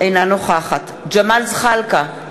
אינה נוכחת ג'מאל זחאלקה,